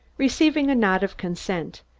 receiving a nod of consent,